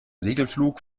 segelflug